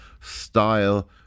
style